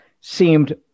seemed